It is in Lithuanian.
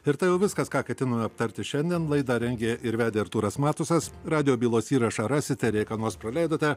ir tai jau viskas ką ketinome aptarti šiandien laidą rengė ir vedė artūras matusas radijo bylos įrašą rasite ir jei ką nors praleidote